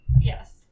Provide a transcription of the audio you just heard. yes